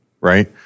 right